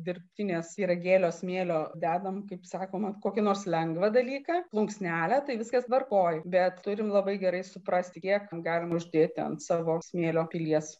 dirbtinės pyragėlio smėlio dedam kaip sakoma kokį nors lengvą dalyką plunksnelę tai viskas tvarkoj bet turime labai gerai suprasti kiek galim uždėti ant savos smėlio pilies